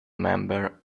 member